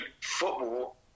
football